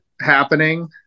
happening